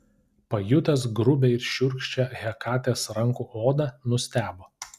pajutęs grubią ir šiurkščią hekatės rankų odą nustebo